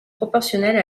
proportionnelle